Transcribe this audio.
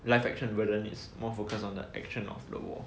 live action version is more focused on the action of the war